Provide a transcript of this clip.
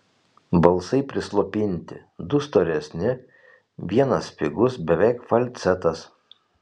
balsai prislopinti du storesni vienas spigus beveik falcetas